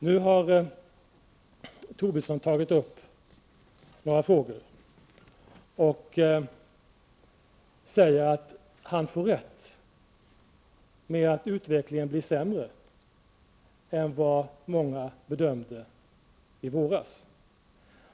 Nu har Lars Tobisson tagit upp några frågor och säger att han får rätt i att utvecklingen blir sämre än vad många bedömde i våras.